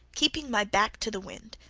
keeping my back to the wind,